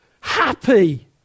Happy